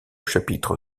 chapitre